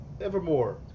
Evermore